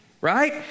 right